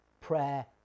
prayer